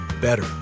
better